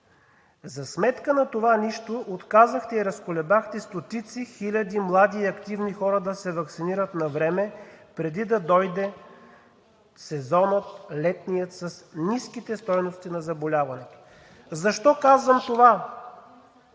За сметка на това нищо отказахте и разколебахте стотици хиляди млади и активни хора да се ваксинират навреме преди да дойде летният сезон с ниските стойности на заболяването. Защо казвам това?